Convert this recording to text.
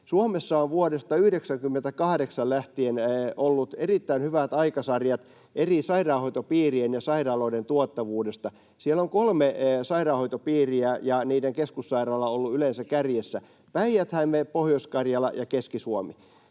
Suomessa on vuodesta 98 lähtien ollut erittäin hyvät aikasarjat eri sairaanhoitopiirien ja sairaaloiden tuottavuudesta. Siellä on kolme sairaanhoitopiiriä ja niiden keskussairaala ollut yleensä kärjessä: Päijät-Häme, Pohjois-Karjala ja Keski-Suomi.